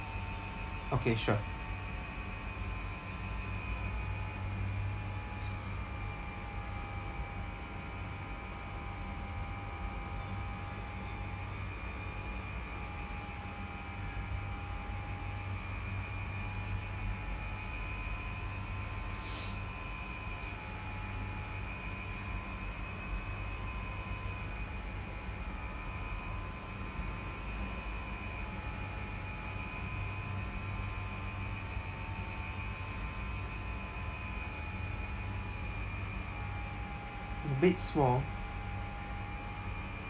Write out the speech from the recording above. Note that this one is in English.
okay sure a bit small